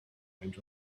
went